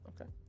okay